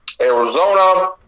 Arizona